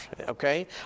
okay